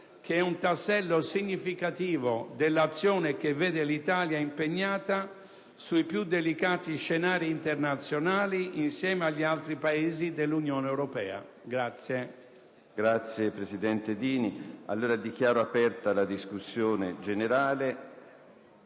che è un tassello significativo dell'azione che vede l'Italia impegnata sui più delicati scenari internazionali insieme agli altri Paesi dell'Unione europea.